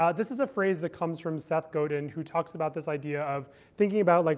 ah this is a phrase that comes from seth godin, who talks about this idea of thinking about, like